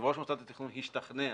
ויושב-ראש מוסד התכנון ישתכנע